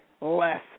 less